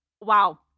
Wow